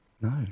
No